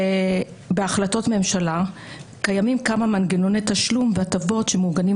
ובהחלטות ממשלה קיימים כמה מנגנוני תשלום והטבות שמוגנים,